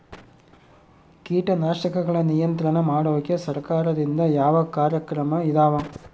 ಕೇಟನಾಶಕಗಳ ನಿಯಂತ್ರಣ ಮಾಡೋಕೆ ಸರಕಾರದಿಂದ ಯಾವ ಕಾರ್ಯಕ್ರಮ ಇದಾವ?